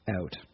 Out